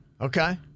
Okay